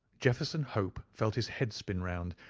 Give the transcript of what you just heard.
jefferson hope felt his head spin round,